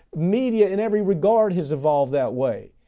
media in every regard, his evolved that way.